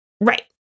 Right